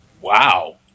wow